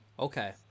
Okay